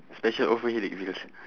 special offer headache pills